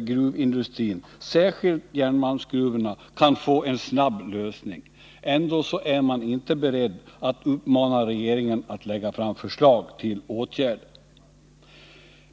gruvindustrin, särskilt järnmalmsgruvorna, kan få en snabb lösning. Ändå är man inte beredd att uppmana regeringen att lägga fram förslag till åtgärder!